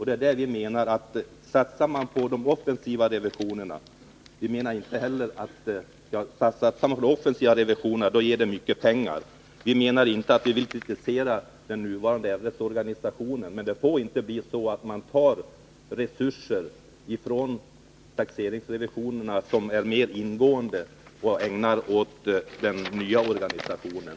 Det är det vi menar: Att satsa på de offensiva revisionerna ger mycket pengar. Vi vill inte kritisera den nuvarande organisationen, men den får inte resultera i att man tar resurser från de mer ingående taxeringsrevisionerna och ägnar dem åt annat arbete i den nya organisationen.